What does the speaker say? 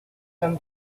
for